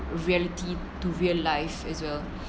reality to real life as well